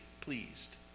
pleased